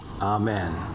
amen